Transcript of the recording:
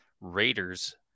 Raiders